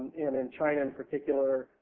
and and china in particular,